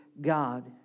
God